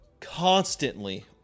constantly